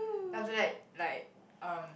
then after that like um